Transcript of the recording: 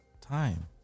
time